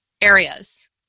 areas